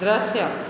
दृश्य